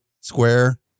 square